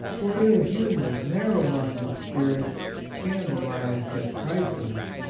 or ill-humoured, narrow minded spirits, scandalized at trifles?